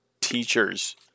teachers